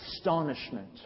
astonishment